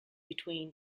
between